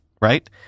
right